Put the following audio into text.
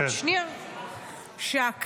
כנראה,